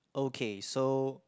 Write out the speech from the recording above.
okay so